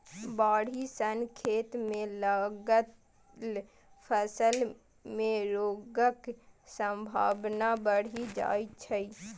बाढ़ि सं खेत मे लागल फसल मे रोगक संभावना बढ़ि जाइ छै